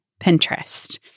Pinterest